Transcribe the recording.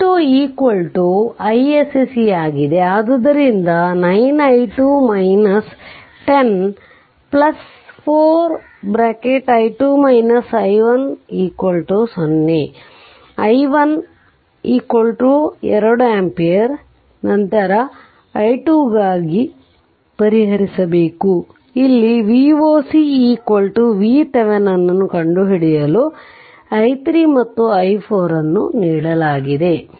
i2 iSC ಆಗಿದೆ ಆದುದರಿಂದ 9 i2 1040 i1 2 ampere ಮತ್ತು ನಂತರ i2 ಗಾಗಿ ಪರಿಹರಿಸಿ ಮತ್ತು ಇಲ್ಲಿ Voc VThevenin ನ್ನು ಕಂಡುಹಿಡಿಯಲು i3 ಮತ್ತು i4 ನೀಡಲಾಗಿದೆ